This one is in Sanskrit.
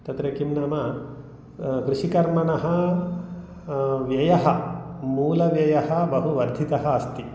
तत्र किं नाम कृषिकर्मणः व्ययः मूलव्ययः बहु वर्धितः अस्ति